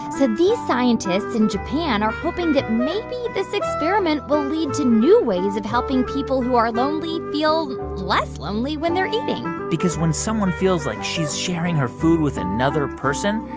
so these scientists in japan are hoping that maybe this experiment will lead to new ways of helping people who are lonely feel less lonely when they're eating because when someone feels like she's sharing her food with another person,